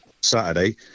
Saturday